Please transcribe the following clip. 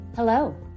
Hello